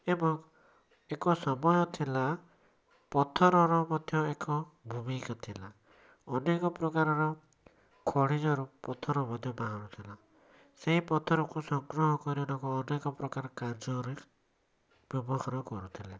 ଏବଂ ଏକ ସମୟ ଥିଲା ପଥର ର ମଧ୍ୟ ଏକ ଭୂମିକା ଥିଲା ଅନେକ ପ୍ରକାର ର ଖଣିଜ ର ପଥର ମଧ୍ୟ ବାହାରୁ ଥିଲା ସେଇ ପଥର କୁ ସଂଗ୍ରହ କରି ଅନେକ ପ୍ରକାର କାର୍ଯ୍ୟ ରେ ବ୍ୟବହାର କରୁଥିଲେ